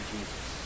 Jesus